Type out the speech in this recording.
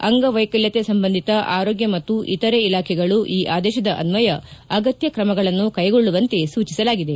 ಅಂಗವೈಕಲ್ಯತೆ ಸಂಬಂಧಿತ ಆರೋಗ್ಯ ಮತ್ತು ಇತರೆ ಇಲಾಖೆಗಳು ಈ ಆದೇಶದ ಅನ್ವಯ ಅಗತ್ಯ ಕ್ರಮಗಳನ್ನು ಕೈಗೊಳ್ಳುವಂತೆ ಸೂಚಿಸಲಾಗಿದೆ